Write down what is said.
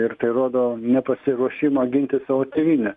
ir tai rodo nepasiruošimą ginti savo tėvynę